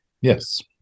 Yes